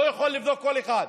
לא יכול לבדוק כל אחד.